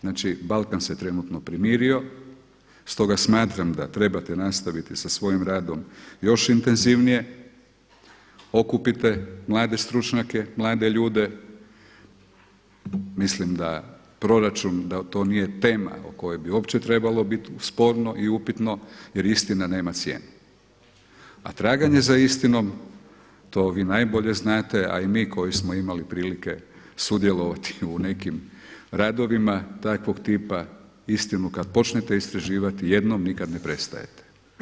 Znači Balkan se trenutno primirio stoga smatram da trebate nastaviti sa svojim radom još intenzivnije, okupite mlade stručnjake, mlade ljude, mislim da proračun, da to nije tema o kojoj bi uopće trebalo biti sporno i upitno jer istina nema cijenu a traganje za istinom to vi najbolje znate a i mi koji smo imali prilike sudjelovati u nekim radovima takvog tipa istinu kada počnete istraživati jednom nikada ne prestajete.